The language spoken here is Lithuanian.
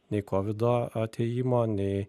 nei kovido atėjimo nei